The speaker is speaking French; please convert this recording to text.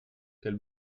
quel